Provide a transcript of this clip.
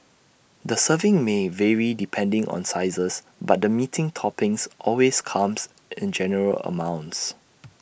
the serving may vary depending on sizes but the meaty toppings always comes in generous amounts